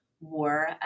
War